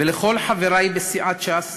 ולכל חברי בסיעת ש"ס